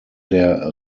der